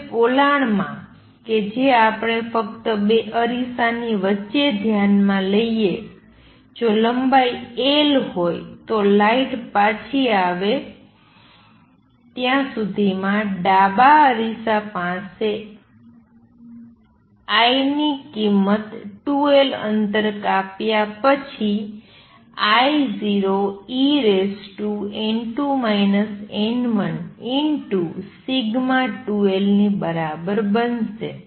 હવે પોલાણમાં કે જે આપણે ફક્ત બે અરીસાની વચ્ચે ધ્યાનમાં લઈએ જો લંબાઈ lએલ હોય તો લાઇટ પાછી આવે ત્યાં સુધીમાં ડાબા અરીસા પાસે I ની કિમત 2l અંતર કાપ્યા પછી I0en2 n1σ2l ની બરાબર બનશે